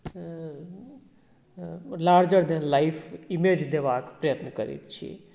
larger than life image देबाक प्रयत्न करैत छी